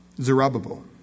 Zerubbabel